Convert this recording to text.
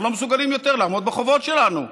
אנחנו לא מסוגלים יותר לעמוד בחובות שלנו.